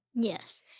Yes